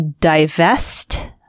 divest